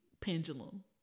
pendulum